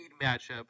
matchup